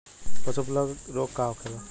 पशु प्लग रोग का होखेला?